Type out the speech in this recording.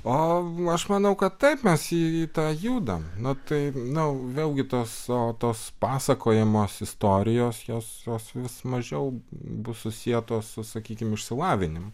o aš manau kad taip mes į tą judam nu tai nu vėlgi tos tos pasakojamos istorijos jos jos vis mažiau bus susietos su sakykim išsilavinimu